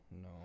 No